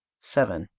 seven.